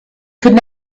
could